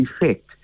effect